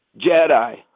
Jedi